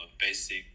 basic